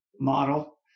model